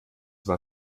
war